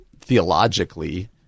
Theologically